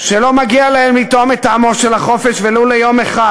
שלא מגיע להם לטעום את טעמו של החופש ולו ליום אחד.